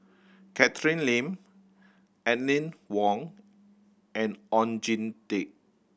Catherine Lim Aline Wong and Oon Jin Teik